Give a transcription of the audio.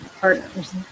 partners